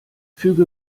füge